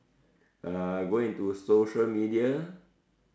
uh go into social media